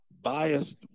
biased